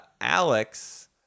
Alex